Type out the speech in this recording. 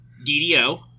DDO